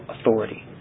authority